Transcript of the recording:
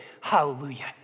Hallelujah